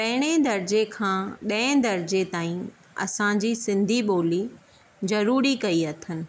पहिरें दर्जे खां ॾहें दर्जे ताईं असांजी सिंधी ॿोली ज़रूरी कई अथनि